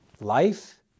Life